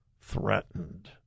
threatened